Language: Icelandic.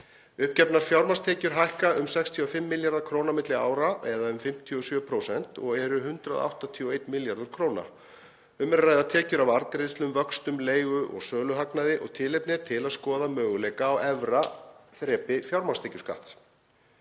Uppgefnar fjármagnstekjur hækka um 65 milljarða kr. milli ára eða um 57% og eru 181 milljarður kr. Um er að ræða tekjur af arðgreiðslum, vöxtum, leigu- og söluhagnaði og tilefni er til að skoða möguleika á efra þrepi fjármagnstekjuskatts.